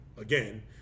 again